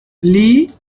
lee